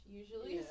usually